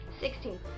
Sixteen